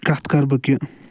کَتھ کَرٕ بہٕ کہِ